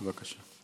בבקשה.